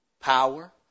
power